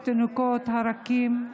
התינוקות הרכים,